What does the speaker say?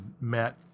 met